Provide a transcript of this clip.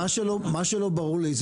מה שלא ברור לי,